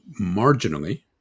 marginally